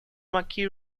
mckee